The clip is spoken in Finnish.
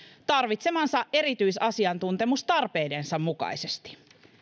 tarvitsemansa erityisasiantuntemus tarpeidensa mukaisesti